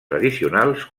tradicionals